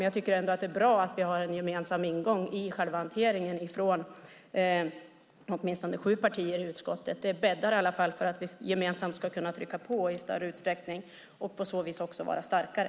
Jag tycker ändå att det är bra att vi har en gemensam ingång i själva hanteringen från åtminstone sju partier i utskottet. Det bäddar i alla fall för att vi gemensamt ska kunna trycka på i större utsträckning och på så vis också vara starkare.